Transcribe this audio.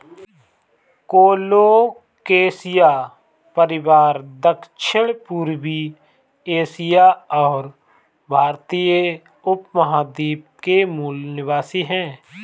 colocasia परिवार दक्षिणपूर्वी Asia और भारतीय उपमहाद्वीप के मूल निवासी है